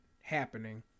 happening